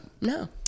No